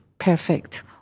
perfect